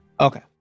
Okay